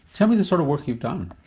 tell me the sort of work you've done.